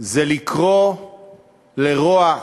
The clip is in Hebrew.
זה לקרוא לרוע,